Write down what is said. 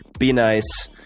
be nice,